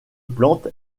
plante